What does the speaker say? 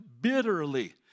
bitterly